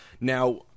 Now